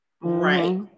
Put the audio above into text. right